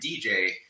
DJ